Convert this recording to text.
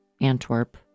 Antwerp